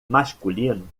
masculino